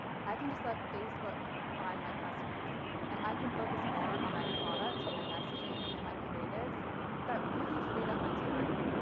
i can just let facebook find my customers and i can focus more on my product, my messaging and my creatives that really freed up my time.